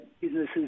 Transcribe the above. businesses